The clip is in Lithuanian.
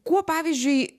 kuo pavyzdžiui